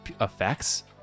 effects